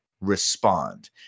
Respond